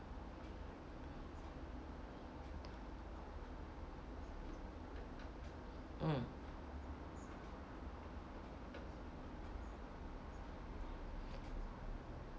mm